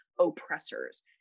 oppressors